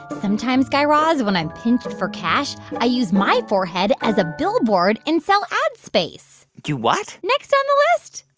sometimes, guy raz, when i'm pinched for cash, i use my forehead as a billboard and sell ad space you what? next on the list?